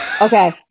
Okay